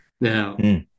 Now